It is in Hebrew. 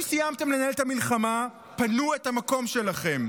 אם סיימתם לנהל את המלחמה, פנו את המקום שלכם.